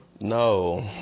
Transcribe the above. No